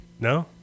No